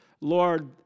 Lord